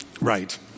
Right